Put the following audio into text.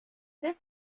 this